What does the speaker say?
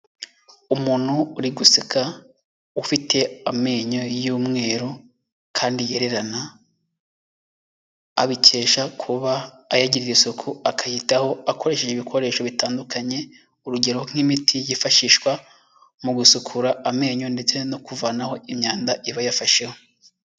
Umuntu uri guseka ufite amenyo y'umweru kandi yererana, abikesha kuba ayagirira isuku, akayitaho akoresheje ibikoresho bitandukanye urugero nk'imiti yifashishwa mu gusukura amenyo ndetse no kuvanaho imyanda iba yafasheho.